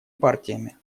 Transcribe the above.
партиями